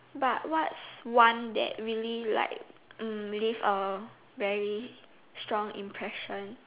but what's one that really like mm leave a very strong impression